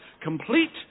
complete